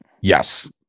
Yes